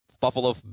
Buffalo